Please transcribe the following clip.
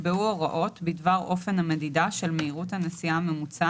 צריך לבדוק אילו כבישים הם המייצגים ביותר את מהירות הנסיעה,